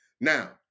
Now